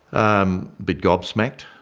um bit gobsmacked,